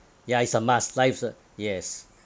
ya is a must life's uh yes